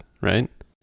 right